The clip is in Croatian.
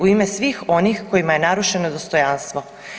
U ime svih onih kojima je narušeno dostojanstvo.